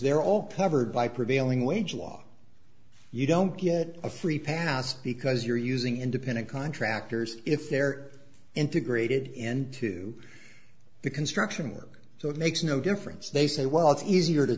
they're all proverb by prevailing wage law you don't get a free pass because you're using independent contractors if they're integrated into the construction work so it makes no difference they say well it's easier to